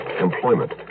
employment